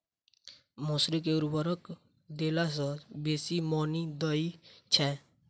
मसूरी मे केँ उर्वरक देला सऽ बेसी मॉनी दइ छै?